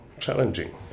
challenging